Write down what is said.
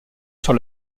sur